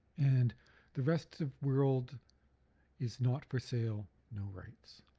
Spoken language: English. and the rest of world is not for sale, no rights.